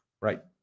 right